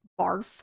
barf